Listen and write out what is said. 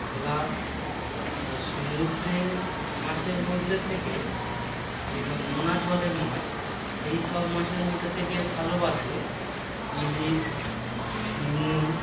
ভোলা আর সমুদ্রে মাছের মধ্যে থেকে যেসব নোনা জলের মাছ সেই সব মাছের মধ্যে থেকে ভালবাসে ইলিশ শিমুল